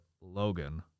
Logan